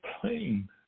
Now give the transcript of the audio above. plain